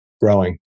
growing